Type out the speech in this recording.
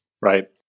Right